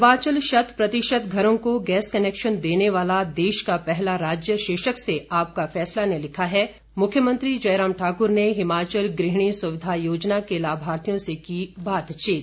हिमाचल शत प्रतिशत घरों को गैस कनेक्शन देने वाला देश का पहला राज्य शीर्षक से आपका फैसला ने लिखा है मुख्यमंत्री जयराम ठाक्र ने हिमाचल गृहिणी सुविधा योजना के लाभार्थियों से की बातचीत